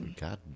God